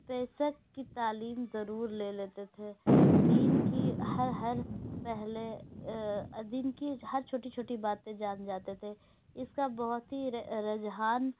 پیشہ کی تعلیم ضرور لے لیتے تھے دین کی ہر ہر پہلے دین کی ہر چھوٹی چھوٹی باتیں جان جاتے تھے اس کا بہت ہی رجحان